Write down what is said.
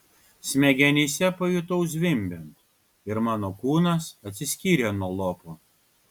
smegenyse pajutau zvimbiant ir mano kūnas atsiskyrė nuo lopo